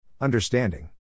Understanding